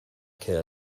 que